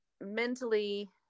mentally